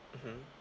mmhmm